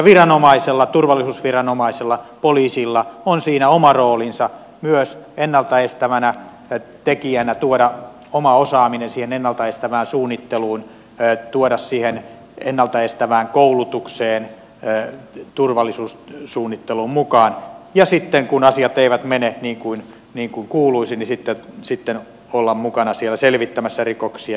viranomaisella turvallisuusviranomaisella poliisilla on siinä oma roolinsa myös ennalta estävänä tekijänä tuoda oma osaaminen ennalta estävään suunnitteluun siihen ennalta estävään koulutukseen turvallisuussuunnitteluun mukaan ja sitten kun asiat eivät mene niin kuin kuuluisi olla mukana siellä selvittämässä rikoksia